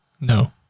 No